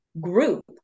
group